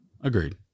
Agreed